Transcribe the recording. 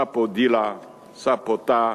סַפודילה, סַפותַה,